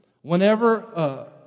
Whenever